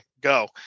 go